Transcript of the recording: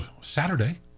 Saturday